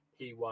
P1